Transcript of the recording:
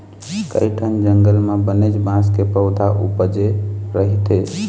कइठन जंगल म बनेच बांस के पउथा उपजे रहिथे